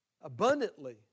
Abundantly